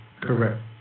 Correct